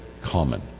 common